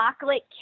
chocolate